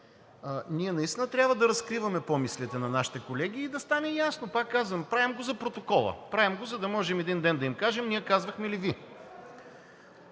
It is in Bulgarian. Ние наистина трябва да разкриваме помислите на нашите колеги и да стане ясно, пак казвам, правим го за протокола. Правим го, за да можем един ден да им кажем: „Ние казвахме ли Ви?“